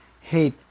hate